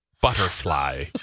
butterfly